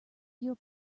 your